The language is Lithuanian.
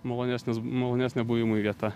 malonesnis malonesnė buvimui vieta